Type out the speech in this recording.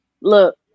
Look